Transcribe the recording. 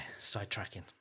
side-tracking